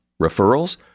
Referrals